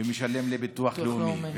ומשלם לביטוח לאומי,